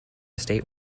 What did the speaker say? state